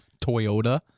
Toyota